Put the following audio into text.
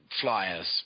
flyers